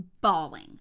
bawling